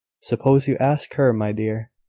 suppose you ask her, my dear?